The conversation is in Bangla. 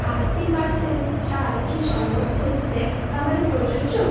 আশি পার্সেন্ট ছাড় কি সমস্ত স্ন্যাক্স খাবারে প্রযোজ্য